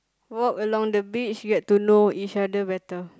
walk along the beach you had to know each other better